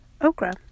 okra